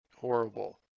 horrible